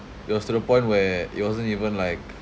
it was to the point where it wasn't even like